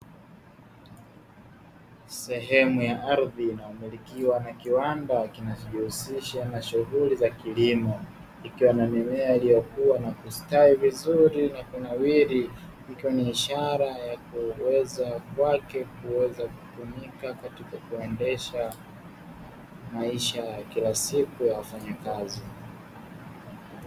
Sehemu ya ardhi inayomilikiwa na kiwanda kinachojihusisha na shughuli za kilimo ikiwa na mimea iliyokuwa na kustawi vizuri na kunawiri ikiwa ni ishara ya kuweza kwake kuweza kutumika katika kuendesha maisha ya kila siku ya wafanyakazi.